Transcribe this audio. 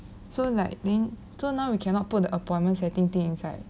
so like I think so now we cannot put the appointment setting things inside